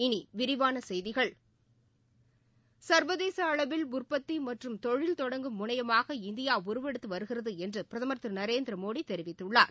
இனி விரிவான செய்திகள் சர்வதேச அளவில் உற்பத்தி மற்றும் தொழில் தொடங்கும் முனையமாக இந்தியா உருவெடுத்து வருகிறது என்று பிரதமர் திரு நரேந்திர மோடி தெரிவித்துள்ளார்